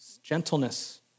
Gentleness